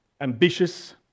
ambitious